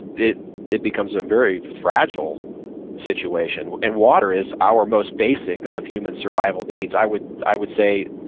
it it becomes a very fragile situation. and water is our most basic of human survival needs. i would i would say,